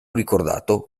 ricordato